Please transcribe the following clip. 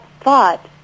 thought